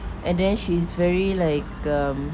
and then she is very like um